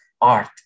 art